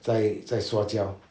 再再刷胶